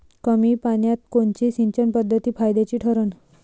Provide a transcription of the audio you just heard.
कमी पान्यात कोनची सिंचन पद्धत फायद्याची ठरन?